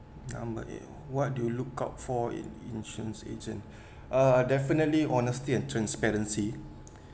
number eight what do you look out for in insurance agent uh definitely honesty and transparency